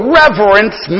reverence